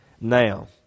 Now